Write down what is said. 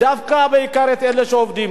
דווקא בעיקר את אלה שעובדים.